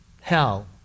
hell